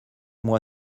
moi